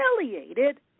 humiliated